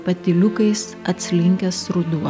patyliukais atslinkęs ruduo